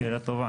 שאלה טובה.